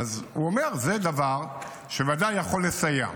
הוא אומר: זה דבר שוודאי יכול לסייע.